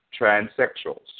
transsexuals